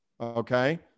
Okay